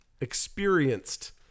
experienced